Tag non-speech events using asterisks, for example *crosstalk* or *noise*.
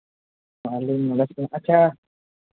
*unintelligible* ᱟᱪᱪᱷᱟ